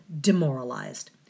demoralized